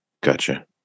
Gotcha